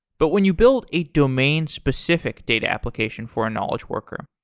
but when you build a domain specific data application for a knowledge workers,